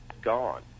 gone